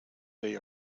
they